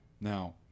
Now